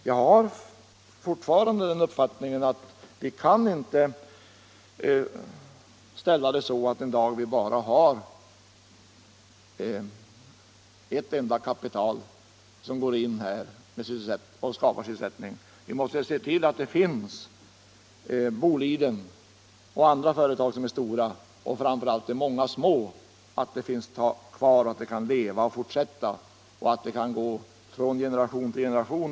Jag har fortfarande den uppfattningen att vi inte kan ställa det så att vi en dag bara har ett enda kapital som går in och skapar sysselsättning. Vi måste se till att det finns stora företag som Boliden och andra och att framför allt de många små företagen finns kvar och kan fortleva och gå i arv från generation till generation.